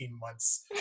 months